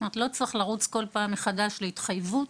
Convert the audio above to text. הוא לא צריך לרוץ פעם אחר פעם בשביל להוציא התחייבות.